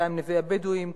שהיתה עם "נווה הבדואים",